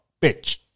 bitch